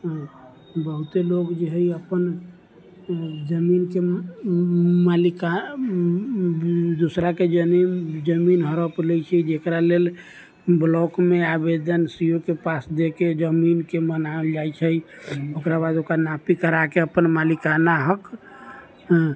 बहुते लोग जे है अपन जमीन के मालिका दूसरा के जमीन जमीन हड़प लै छै जेकरा लेल ब्लाक मे आवेदन सी ओ के पास दे के जमीन के मनाओल जाय छै ओकरा बाद ओकर नापी कराके अपन मालिकाना हक